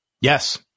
Yes